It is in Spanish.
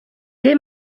qué